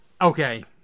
okay